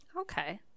okay